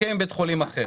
יש הסכם עם בית חולים אחר.